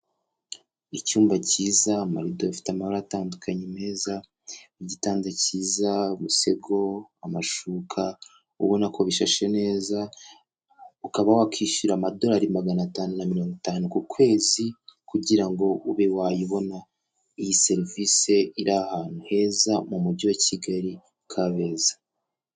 Icyumba cyiza, amarido afite amabara atandukanye meza, igitanda cyiza, umusego, amashuka ubona ko bishashe neza, ukaba wakishyura amadorari magana atanu na mirongo itanu ku kwezi, kugira ngo ube wayibona. Iyi serivise iri ahantu heza mu mujyi wa Kigali, Kabeza.